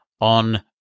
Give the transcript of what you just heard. on